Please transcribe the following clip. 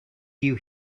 you